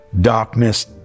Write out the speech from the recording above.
Darkness